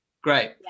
Great